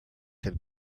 had